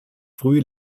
früh